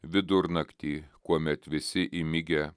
vidurnaktį kuomet visi įmigę